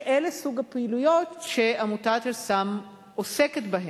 שאלה הפעילויות שעמותת "אל סם" עוסקת בהן.